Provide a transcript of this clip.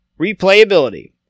Replayability